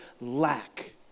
lack